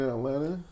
Atlanta